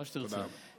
מה שתרצה.